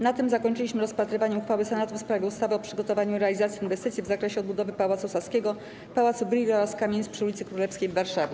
Na tym zakończyliśmy rozpatrywanie uchwały Senatu w sprawie ustawy o przygotowaniu i realizacji inwestycji w zakresie odbudowy Pałacu Saskiego, Pałacu Brühla oraz kamienic przy ulicy Królewskiej w Warszawie.